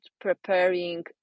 preparing